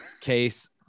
Case